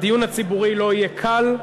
הדיון הציבורי לא יהיה קל,